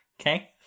Okay